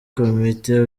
komite